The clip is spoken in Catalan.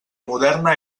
moderna